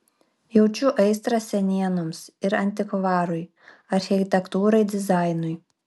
jaučiu aistrą senienoms ir antikvarui architektūrai dizainui